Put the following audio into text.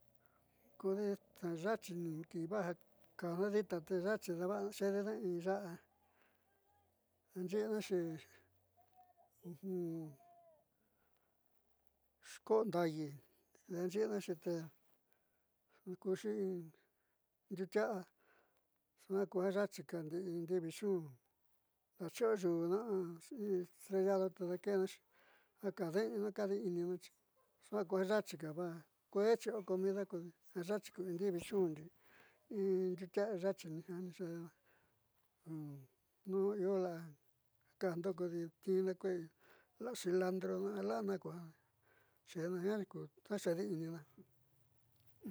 Kodi ya'axi kiivaaj ka kaajna dita te ya'axi xe'edina daaxiinaxi ko'o ndaayi daaxi'inuxi te kuxi in ndiuutia'a suaa ku ja yaaxika ndi'i ndivichón daachi'io yu una a infregado te daake'enaxi ja kaajde'eñuuna a kaadi'inina xi suaa ku ja yaaxika vaa kuee chi'io comida kodi ja yaachi ku indivichun inndiuutia'a yaachini jiani xeedenáa nu io la'a ja ka'ajndo tniina la'a cilantrona a la'a na ku ja xe'ena jiani ku ja xeedi'inina.